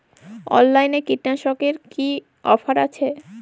অনলাইনে কীটনাশকে কি অফার আছে?